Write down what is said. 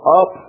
up